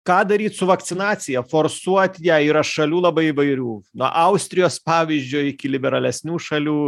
ką daryt su vakcinacija forsuot ją yra šalių labai įvairių nuo austrijos pavyzdžio iki liberalesnių šalių